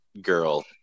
girl